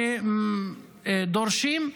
שדורשים,